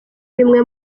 bimwe